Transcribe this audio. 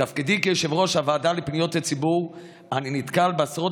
בתפקידי כיושב-ראש הוועדה לפניות הציבור אני נתקל בעשרות